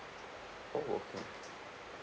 oh